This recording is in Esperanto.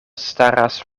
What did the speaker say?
staras